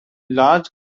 large